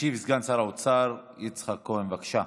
ישיב סגן שר האוצר יצחק כהן, בבקשה.